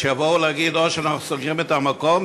שיבואו להגיד: או שאנחנו סוגרים את המקום,